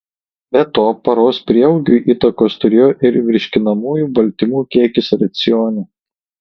be to paros prieaugiui įtakos turėjo ir virškinamųjų baltymų kiekis racione